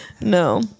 No